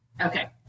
Okay